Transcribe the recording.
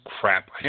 crap